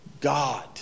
God